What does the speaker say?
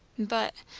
but,